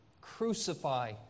crucify